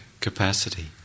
capacity